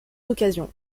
occasions